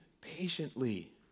patiently